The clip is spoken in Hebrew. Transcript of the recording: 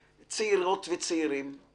בשנה האחרונה הגענו להטלה של